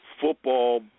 football